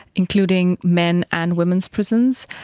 including men and women's prisons,